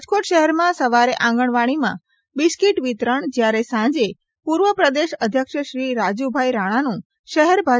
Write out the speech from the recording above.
રાજકોટ શહેરમાં સવારે આંગણવાડીમાં બિસ્કિટ વિતરણ જ્યારે સાંજે પૂર્વ પ્રદેશ અધ્યક્ષશ્રી રાજુભાઇ રાણાનું શહેર ભા